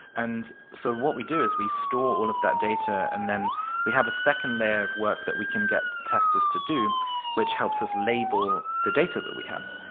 and so what we do is we store all of that data and then we have a second layer of work that we can get testers to do which helps us label the data that we have.